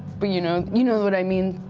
but you know, you know what i mean?